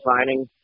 signing